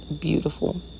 beautiful